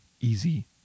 easy